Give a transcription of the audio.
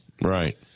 Right